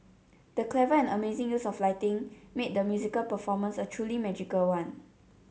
the clever and amazing use of lighting made the musical performance a truly magical one